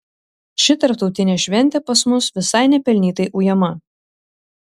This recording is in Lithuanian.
ši tarptautinė šventė pas mus visai nepelnytai ujama